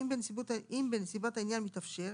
אם בנסיבות העניין מתאפשר,